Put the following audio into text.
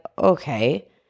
okay